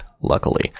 luckily